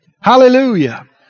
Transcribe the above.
Hallelujah